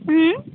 हॅं